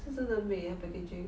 是真的美 eh packaging